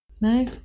No